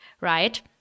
right